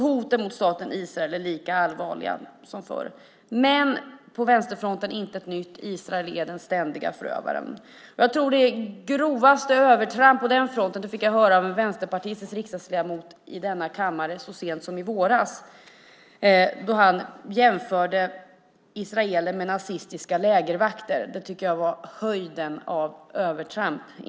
Hoten mot staten Israel är alltså lika allvarliga som tidigare. Men på vänsterfronten intet nytt. Israel är den ständiga förövaren. Det grövsta övertrampet på den fronten fick jag höra av en vänsterpartistisk riksdagsledamot i denna kammare så sent som i våras då han jämförde israeler med nazistiska lägervakter. Det var höjden av övertramp.